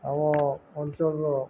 ଆମ ଅଞ୍ଚଳର